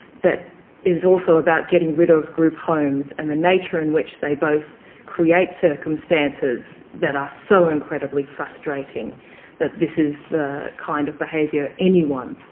that it is also about getting rid of group homes and the nature in which they both create circumstances that are so incredibly frustrating that this is the kind of behaviour anyone,